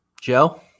Joe